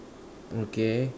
okay